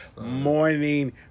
morning